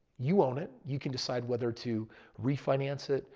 you own it. you can decide whether to refinance it,